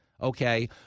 Okay